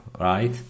right